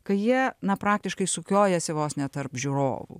kai jie na praktiškai sukiojasi vos ne tarp žiūrovų